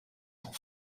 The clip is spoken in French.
sont